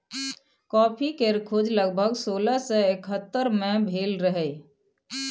coffee केर खोज लगभग सोलह सय एकहत्तर मे भेल रहई